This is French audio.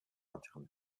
internet